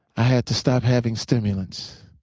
i had to stop having stimulants.